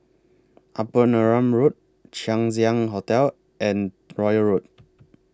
Upper Neram Road Chang Ziang Hotel and Royal Road